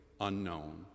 unknown